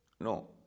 no